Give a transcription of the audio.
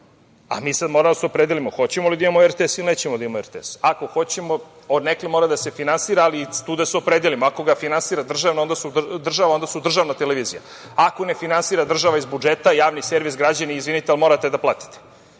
sada moramo da se opredelimo hoćemo li da imamo RTS ili nećemo da imamo RTS, ako hoćemo, od nekud mora da se finansira, ali i tu da se opredelimo, ako ga finansira država, onda je državna televizija, ako ga ne finansira država iz budžeta, javni servis, građani izvinite, ali morate da platite.